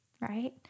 right